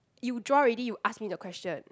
you draw already you ask me the question